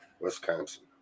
Wisconsin